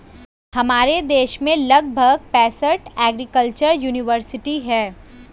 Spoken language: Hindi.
हमारे देश में लगभग पैंसठ एग्रीकल्चर युनिवर्सिटी है